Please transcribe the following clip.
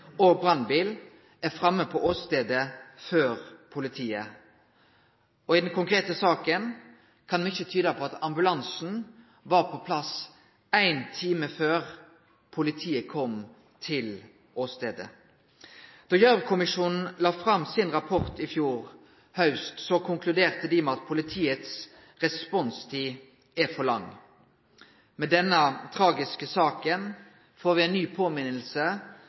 og brannbil er framme på åstaden før politiet, og i denne konkrete saka kan mykje tyde på at ambulansen var på plass ein time før politiet kom til åstaden. Da Gjørv-kommisjonen la fram sin rapport i fjor haust, konkluderte dei med at politiets responstid er for lang. Med denne tragiske saka får me ei ny